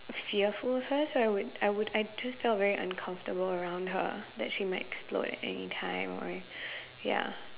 fearful of her so I would I would I just felt very uncomfortable around her that she might explode at anytime or ya